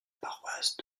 paroisse